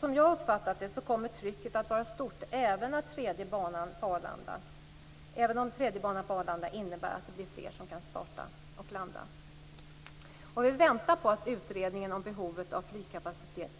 Som jag har uppfattat det kommer trycket att vara stort även om tredje banan på Arlanda innebär att fler flygplan kan starta och landa. Vi väntar nu på att utredningen om behovet av flygkapacitet